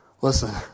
Listen